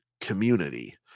community